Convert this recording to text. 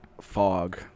fog